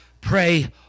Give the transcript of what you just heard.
Pray